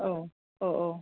औ औ औ